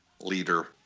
leader